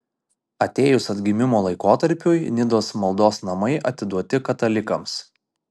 atėjus atgimimo laikotarpiui nidos maldos namai atiduoti katalikams